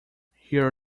here